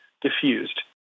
diffused